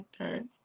Okay